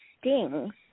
stings